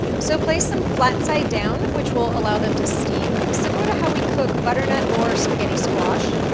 so place them flat side down, which will allow them to steam, similar to how we cook butternut or spaghetti squash,